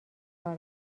کار